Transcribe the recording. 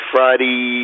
Friday